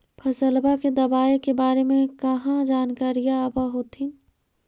फसलबा के दबायें के बारे मे कहा जानकारीया आब होतीन?